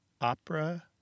Opera